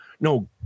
no